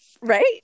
Right